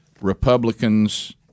Republicans